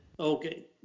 okay